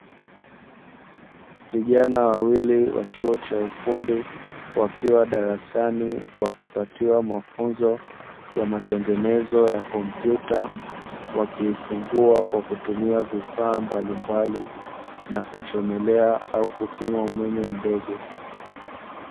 Vijana wawili wa chuo cha ufundi wakiwa darasani wakipatiwa mafunzo ya matengenezo ya kompyuta, wakiifungua kwa kutumia vifaa mbalimbali na kuchomelea au kupima umeme mdogo.